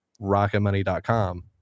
Rocketmoney.com